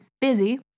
busy